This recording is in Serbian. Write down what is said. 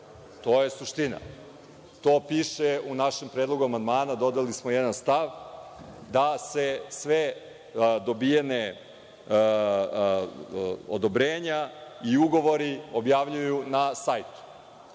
To je suština, to piše u našem predlogu amandmana, dodali smo jedan stav, da se sva dobijena odobrenja i ugovori objavljuju na sajtu. Pošto,